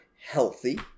healthy